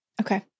okay